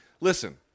Listen